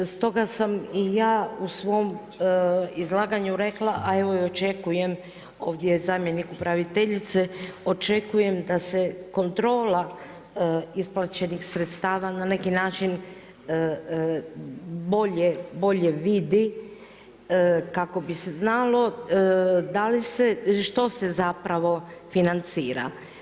Stoga sam i ja u svom izlaganju rekla, a evo i očekujem, ovdje je zamjenik upraviteljice, očekujem da se kontrola isplaćenih sredstava na neki način bolje vidi kako bi se znalo, da li se, što se zapravo financira.